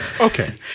okay